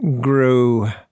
grew